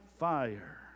fire